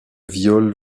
viol